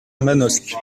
manosque